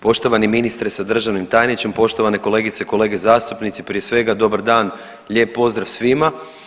Poštovani ministre sa državnim tajničem, poštovane kolegice i kolege zastupnici, prije svega dobar dan, lijep pozdrav svima.